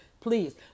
Please